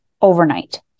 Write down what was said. overnight